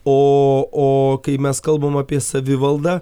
o o kai mes kalbam apie savivaldą